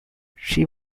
she